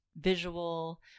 visual